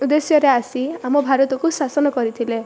ଉଦ୍ଦେଶ୍ୟରେ ଆସି ଆମ ଭାରତକୁ ଶାସନ କରିଥିଲେ